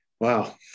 wow